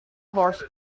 horse